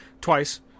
twice